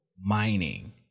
mining